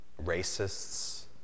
racists